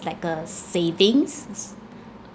like a s~ savings